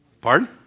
Pardon